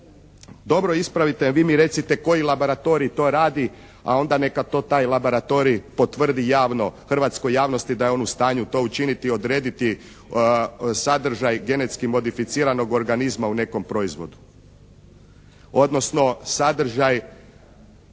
dobro ispravite, vi mi recite koji laboratorij to radi a onda neka to taj laboratorij potvrdi javno hrvatskoj javnosti da je on u stanju to učiniti, odrediti sadržaj genetski modificiranog organizma u nekom proizvodu. Odnosno, sadržaj